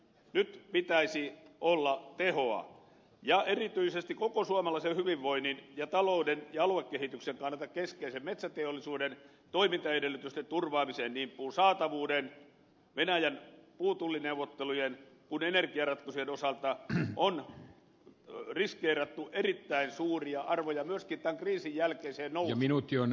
nyt pitäisi olla tehoa erityisesti koko suomalaisen hyvinvoinnin ja talouden ja aluekehityksen kannalta keskeisen metsäteollisuuden toimintaedellytysten turvaamiseen niin puun saatavuuden venäjän puutullineuvottelujen kuin energiaratkaisujen osalta on riskeerattu erittäin suuria arvoja ja myöskin tämän kriisin jälkeiseen nousuun